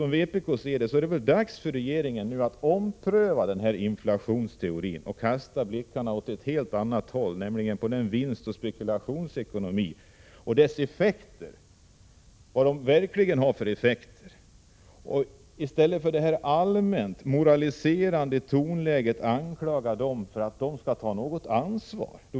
Som vpk ser det är det dags för regeringen att ompröva denna inflationsteori och kasta blickarna åt ett helt annat håll, nämligen på vinstoch spekulationsekonomin och på dess verkliga effekter, i stället för att ägna sig åt att i ett allmänt moraliserande tonläge anklaga företagen och uppmana dem att ta sitt ansvar.